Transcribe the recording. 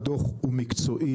הדוח הוא מקצועי,